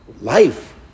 life